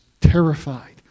terrified